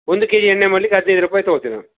ಒಂದು K G ಎಣ್ಣೆ ಮಾಡ್ಲಿಕ್ಕೆ ಹದಿನೈದು ರೂಪಾಯಿ ತಗೊತಿವಿ ನಾವು